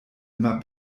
immer